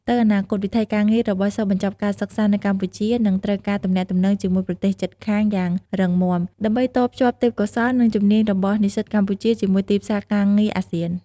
ទៅអនាគត វិថីការងាររបស់សិស្សបញ្ចប់ការសិក្សានៅកម្ពុជា នឹងត្រូវការទំនាក់ទំនងជាមួយប្រទេសជិតខាងយ៉ាងរឹងមាំ ដើម្បីតភ្ជាប់ទេព្យកោសល្យ និងជំនាញរបស់និស្សិតកម្ពុជាជាមួយទីផ្សារការងារ ASEAN។